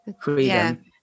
freedom